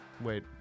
Wait